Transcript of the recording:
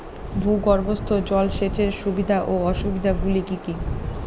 ভূগর্ভস্থ জল সেচের সুবিধা ও অসুবিধা গুলি কি কি?